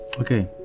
Okay